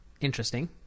Interesting